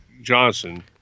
Johnson